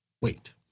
wait